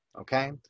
Okay